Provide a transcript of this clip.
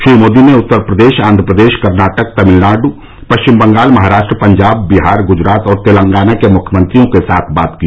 श्री मोदी ने उत्तर प्रदेश आंध्रप्रदेश कर्नाटक तमिलनाडु पश्चिम बंगाल महाराष्ट्र पंजाब बिहार गुजरात और तेलंगाना के मुख्यमंत्रियों के साथ बात की